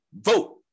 vote